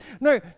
No